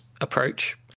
approach